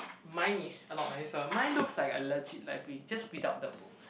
mine is a lot nicer mine looks like a legit library just without the books